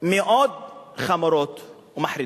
מאוד חמורות ומחרידות.